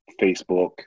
Facebook